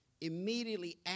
immediately